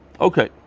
Okay